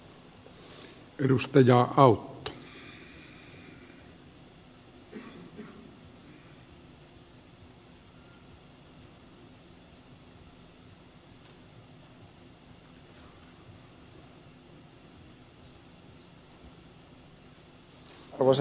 arvoisa herra puhemies